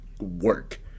work